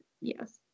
Yes